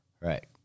Right